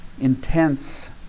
intense